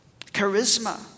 Charisma